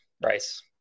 Bryce